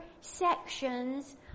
sections